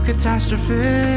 catastrophe